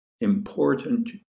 important